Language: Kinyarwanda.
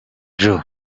joe